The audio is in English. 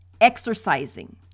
exercising